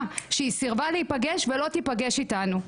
שהיא סירבה להיפגש ולא תיפגש איתנו.